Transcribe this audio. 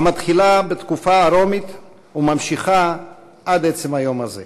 המתחילה בתקופה הרומית וממשיכה עד עצם היום הזה.